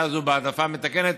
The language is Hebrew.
האוכלוסייה הזו בהעדפה מתקנת